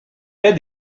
fait